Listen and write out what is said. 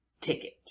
ticket